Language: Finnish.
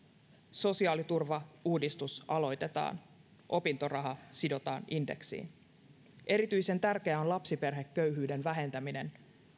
sosiaaliturvauudistus aloitetaan opintoraha sidotaan indeksiin erityisen tärkeää on lapsiperheköyhyyden vähentäminen